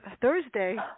Thursday